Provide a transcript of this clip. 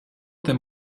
there